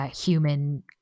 Human